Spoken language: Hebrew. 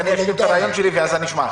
אני רק אשלים את הרעיון שלי, ואז אני אשמע.